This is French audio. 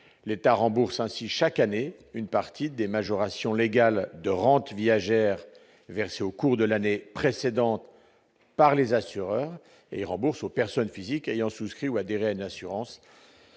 l'État rembourse ainsi chaque année une partie des majorations légales de rente viagère versée au cours de l'année précédente par les assureurs et rembourse aux personnes physiques ayant souscrit ou adhérer à une assurance,